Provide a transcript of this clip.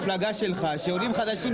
היא ידעה שבסוף היא הולכת להגיע אליכם.